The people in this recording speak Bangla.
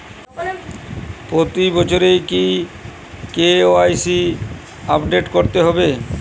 প্রতি বছরই কি কে.ওয়াই.সি আপডেট করতে হবে?